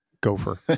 Gopher